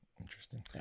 Interesting